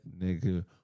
nigga